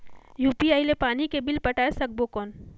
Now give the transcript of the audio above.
UPI ले पानी के बिल पटाय सकबो कौन?